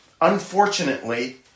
unfortunately